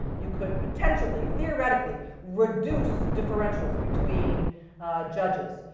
you could potentially, theoretically reduce differentials between judges.